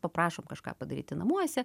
paprašom kažką padaryti namuose